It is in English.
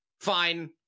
fine